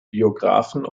biographen